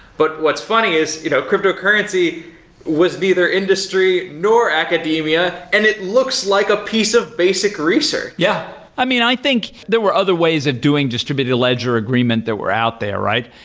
but what's funny is you know cryptocurrency was neither industry nor academia and it looks like a piece of basic research yeah. i mean, i think there were other ways of doing distributed ledger agreement that we're out there, right?